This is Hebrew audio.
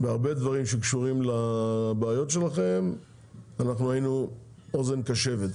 בהרבה דברים שקשורים לבעיות שלכם והיינו אוזן קשבת,